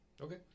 okay